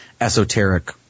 esoteric